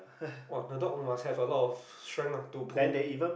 !wah! the dog must have a lots of strength ah to pull